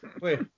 Wait